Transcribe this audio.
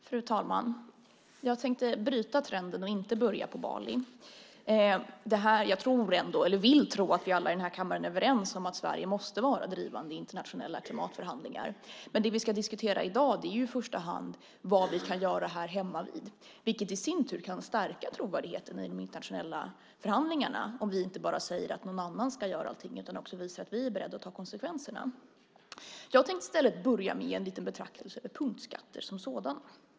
Fru talman! Jag tänkte bryta trenden och inte börja på Bali. Jag vill tro att vi alla i den här kammaren är överens om att Sverige måste vara drivande i internationella klimatförhandlingar. Men det vi ska diskutera i dag är ju i första hand vad vi kan göra hemmavid. Det kan i sin tur stärka trovärdigheten i de internationella förhandlingarna om vi inte bara säger att någon annan ska göra allting utan också visar att vi är beredda att ta konsekvenserna. Jag tänkte i stället börja med en liten betraktelse över punktskatter som sådana.